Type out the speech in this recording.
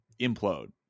implode